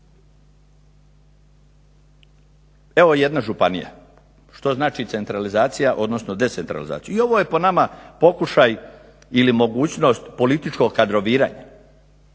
Evo jedna županija, što znači centralizacija odnosno decentralizacija. I ovo je po nama pokušaj ili mogućnost političkog kadroviranja